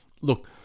look